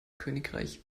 königreich